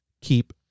keep